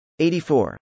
84